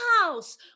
house